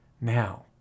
Now